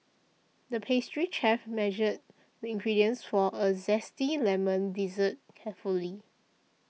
the pastry chef measured the ingredients for a Zesty Lemon Dessert carefully